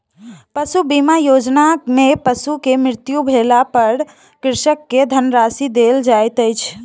पशु बीमा योजना में पशु के मृत्यु भेला पर कृषक के धनराशि देल जाइत अछि